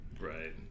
Right